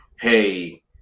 hey